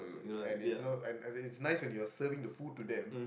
and it's no and it's nice when you're serving the food to them